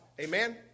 Amen